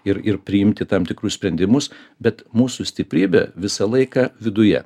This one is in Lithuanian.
ir ir priimti tam tikrus sprendimus bet mūsų stiprybė visą laiką viduje